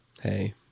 Hey